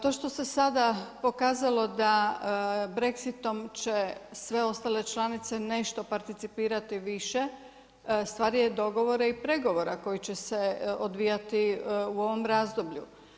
To što se sada pokazalo da Brexitom će sve ostale članice nešto participirati više stvar je dogovora i pregovora koji će se odvijati u ovom razdoblju.